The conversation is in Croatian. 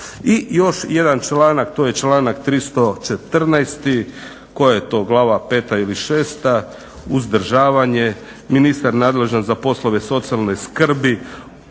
I još jedan članak, to je članak 314., to je glava 5 ili 6, uzdržavanje. Ministar nadležan za poslove socijalne skrbi